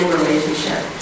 relationship